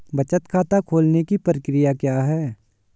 बचत खाता खोलने की प्रक्रिया क्या है?